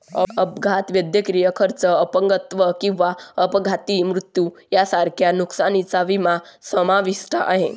अपघात, वैद्यकीय खर्च, अपंगत्व किंवा अपघाती मृत्यू यांसारख्या नुकसानीचा विमा समाविष्ट आहे